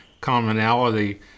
commonality